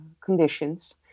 conditions